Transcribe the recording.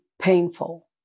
painful